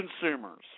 consumers